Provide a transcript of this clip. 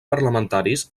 parlamentaris